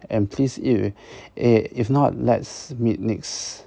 and please if eh if not let's meet next